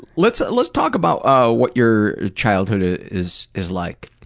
let's let's talk about ah what your childhood ah is is like.